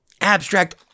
abstract